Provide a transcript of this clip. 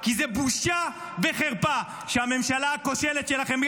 כי זאת בושה וחרפה שהממשלה הכושלת שלכם,